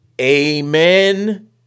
Amen